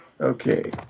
Okay